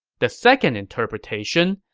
the second interpretation,